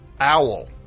owl